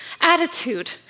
attitude